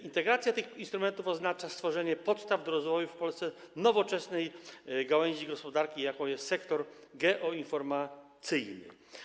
Integracja tych instrumentów oznacza stworzenie podstaw do rozwoju w Polsce nowoczesnej gałęzi gospodarki, jaką jest sektor geoinformacyjny.